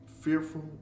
fearful